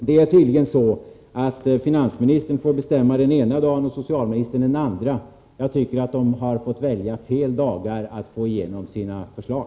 Det är tydligen så att finansministern får bestämma den ena dagen och socialministern den andra. Jag tycker att de har fått välja fel dagar att få igenom sina förslag.